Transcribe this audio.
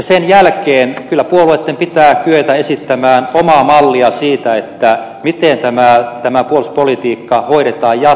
sen jälkeen kyllä puolueitten pitää kyetä esittämään omaa mallia siitä miten puolustuspolitiikka hoidetaan jatkossa